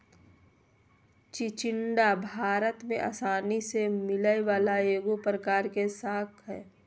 चिचिण्डा भारत में आसानी से मिलय वला एगो प्रकार के शाक हइ